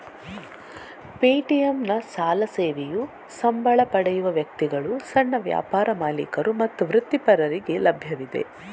ಪೇಟಿಎಂನ ಸಾಲ ಸೇವೆಯು ಸಂಬಳ ಪಡೆಯುವ ವ್ಯಕ್ತಿಗಳು, ಸಣ್ಣ ವ್ಯಾಪಾರ ಮಾಲೀಕರು ಮತ್ತು ವೃತ್ತಿಪರರಿಗೆ ಲಭ್ಯವಿದೆ